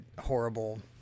horrible